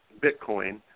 Bitcoin